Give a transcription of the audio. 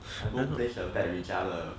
I go place a bet with 佳乐